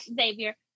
Xavier